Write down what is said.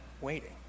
waiting